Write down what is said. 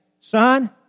son